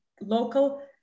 local